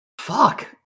Fuck